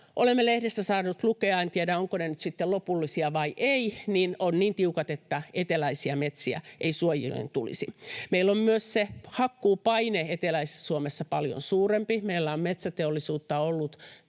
olemme lehdistä saaneet lukea — en tiedä, ovatko ne nyt sitten lopullisia vai eivät — ovat niin tiukat, että eteläisiä metsiä ei suojeluun tulisi. Meillä on myös se hakkuupaine eteläisessä Suomessa paljon suurempi. Meillä on metsäteollisuutta ollut